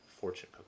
fortune